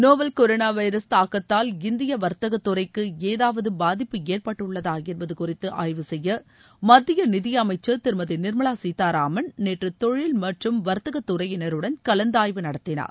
novel coronavirus தாக்கத்தால் இந்தியவர்த்தகத்துறைக்குஏதாவதுபாதிப்பு ஏற்பட்டுள்ளதாஎன்பதுகுறித்துஆய்வு செய்யமத்தியநிதியமைச்சர் திருமதிநிர்மலாசீதாராமன் நேற்றுதொழில் மற்றும் வர்த்தகதுறையினருடன் கலந்தாய்வு நடத்தினார்